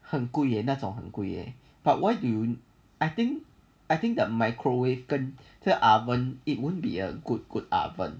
很贵 leh 那种很贵 but why you I think I think the microwave oven it won't be a good good oven